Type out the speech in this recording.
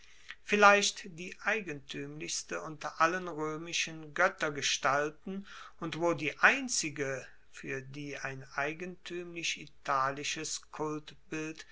vielleicht die eigentuemlichste unter allen roemischen goettergestalten und wohl die einzige fuer die ein eigentuemlich italisches